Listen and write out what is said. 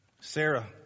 Sarah